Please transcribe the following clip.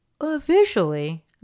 officially